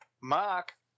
Mark